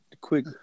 quick